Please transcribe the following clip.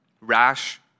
rash